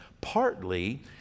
partly